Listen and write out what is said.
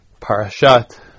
parashat